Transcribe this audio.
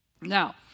Now